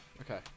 Okay